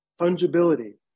fungibility